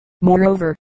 Moreover